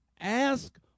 ask